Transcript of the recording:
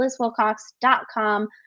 LizWilcox.com